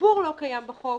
הציבור לא קיים בחוק,